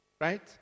Right